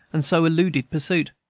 and so eluded pursuit